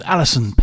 Alison